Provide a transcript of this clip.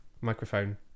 microphone